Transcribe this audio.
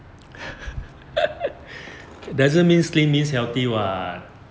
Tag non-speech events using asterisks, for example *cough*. *laughs* it doesn't means slim means healthy [what]